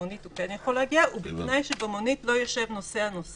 במונית הוא כן יכול להגיע "ובתנאי שבמונית לא ישב נוסע נוסף,